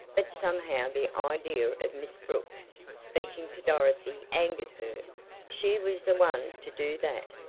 but somehow the idea of miss brooks speaking to dorothy angered her she was the one to do that.